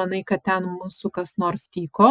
manai kad ten mūsų kas nors tyko